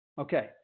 Okay